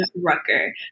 Rucker